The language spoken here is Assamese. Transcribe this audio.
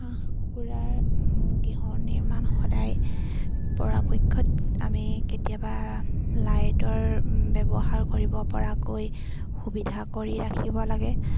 হাঁহ কুকুৰাৰ গৃহ নিৰ্মাণ সদায় পৰাপক্ষত আমি কেতিয়াবা লাইটৰ ব্যৱহাৰ কৰিব পৰাকৈ সুবিধা কৰি ৰাখিব লাগে